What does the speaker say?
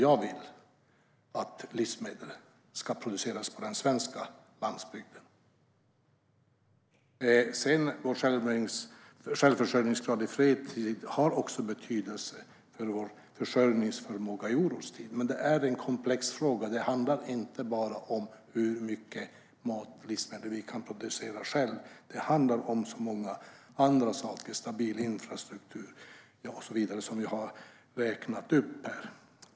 Jag vill att livsmedel ska produceras på den svenska landsbygden. Självförsörjningsgraden i fredstid har också betydelse för vår försörjningsförmåga i orostid. Men det är en komplex fråga som inte bara handlar om hur mycket livsmedel vi kan producera själva utan om många andra saker, såsom stabil infrastruktur och så vidare, som vi har räknat upp här.